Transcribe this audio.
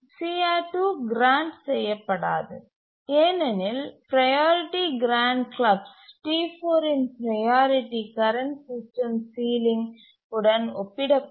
CR2 grant செய்யப்படாது ஏனெனில் priority grant கிளப்களில் T4 இன் ப்ரையாரிட்டி கரண்ட் சிஸ்டம் சீலிங் உடன் ஒப்பிடப்படும்